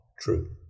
True